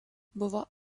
buvo